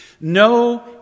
No